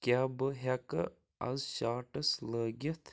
کیا بہٕ ہٮ۪کہٕ آز شاٹٕس لٲگِتھ